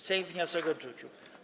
Sejm wniosek odrzucił.